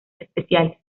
especiales